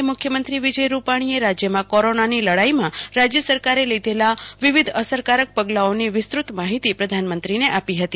આ પ્રસંગે મુખ્યમંત્રી વિજય રૂપાણીએ રાજ્યમાં કોરોનાની લડાઈમાં રાજ્ય સરકારે લીધેલા વિવિધ અસરકારક પગલાઓની વિસ્તૃત માહિતી પ્રધાનંમ્તરીને આપી હતી